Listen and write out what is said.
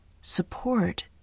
support